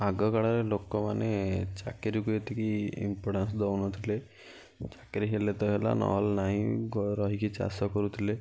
ଆଗ କାଳରେ ଲୋକମାନେ ଚାକିରିକୁ ଏତିକି ଇମ୍ପୋଟାନ୍ସ ଦେଉନଥିଲେ ଚାକିରି ହେଲେ ତ ହେଲା ନହେଲେ ନାହିଁ ରହିକି ଚାଷ କରୁଥିଲେ